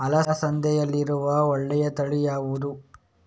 ಅಲಸಂದೆಯಲ್ಲಿರುವ ಒಳ್ಳೆಯ ತಳಿ ಯಾವ್ದು?